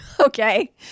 Okay